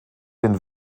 den